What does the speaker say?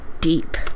deep